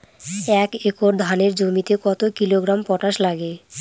এক একর ধানের জমিতে কত কিলোগ্রাম পটাশ লাগে?